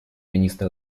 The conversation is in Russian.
министр